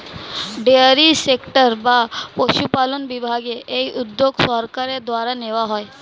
dairy sector বা পশুপালন বিভাগে এই উদ্যোগ সরকারের দ্বারা নেওয়া হয়